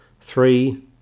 Three